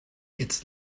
its